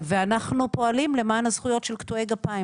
אנחנו פועלים למען הזכויות של קטועי גפיים.